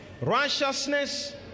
righteousness